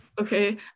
okay